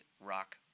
rock